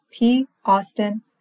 paustin